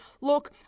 look